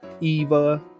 Eva